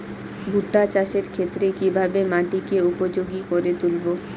ভুট্টা চাষের ক্ষেত্রে কিভাবে মাটিকে উপযোগী করে তুলবো?